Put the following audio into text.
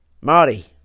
Marty